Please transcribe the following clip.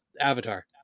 Avatar